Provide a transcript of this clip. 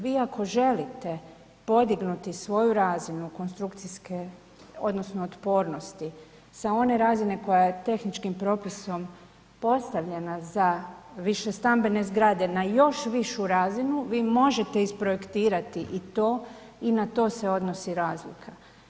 Vi ako želite podignuti svoju razinu konstrukcijske odnosno otpornosti sa one razine koja je tehničkim propisom postavljena za višestambene zgrade na još višu razinu, vi možete isprojektirati i to i na to se odnosi razlika.